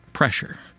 Pressure